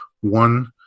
one